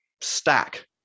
stack